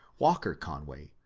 walker conway,